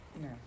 No